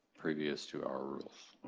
previous to our rules.